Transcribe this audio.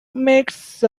makes